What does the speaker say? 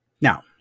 Now